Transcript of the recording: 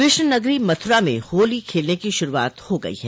कृष्ण नगरी मथुरा में होली खेलने की शुरूआत हो गयी है